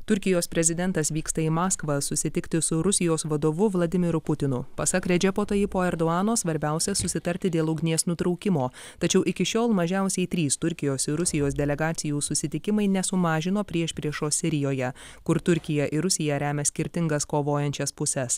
turkijos prezidentas vyksta į maskvą susitikti su rusijos vadovu vladimiru putinu pasak redžepo tajipo erduano svarbiausia susitarti dėl ugnies nutraukimo tačiau iki šiol mažiausiai trys turkijos ir rusijos delegacijų susitikimai nesumažino priešpriešos sirijoje kur turkija ir rusija remia skirtingas kovojančias puses